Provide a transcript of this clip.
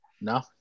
No